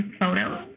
photos